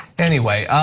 anyway,